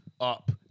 up